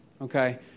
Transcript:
Okay